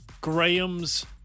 Graham's